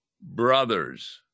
brothers